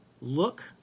Look